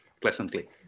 pleasantly